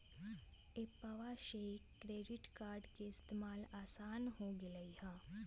एप्पवा से credit card के इस्तेमाल असान हो गेलई ह